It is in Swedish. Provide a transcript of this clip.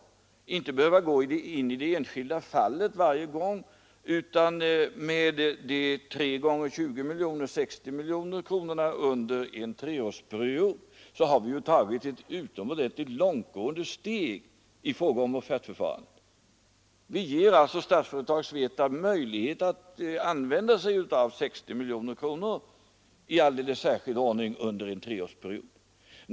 Utan att behöva gå in i det enskilda fallet varje gång har vi med de tre gånger 20 miljonerna, dvs. 60 miljoner kronor under en treårsperiod, tagit ett utomordentligt långt steg i fråga om offertförfarandet. Vi ger alltså Statsföretag/SVETAB möjlighet att använda sig av 60 miljoner kronor i alldeles särskild ordning under en treårsperiod.